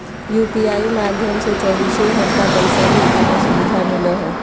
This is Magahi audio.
यू.पी.आई माध्यम से चौबीसो घण्टा पैसा भेजे के सुविधा मिलो हय